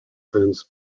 fence